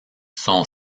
son